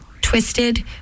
twisted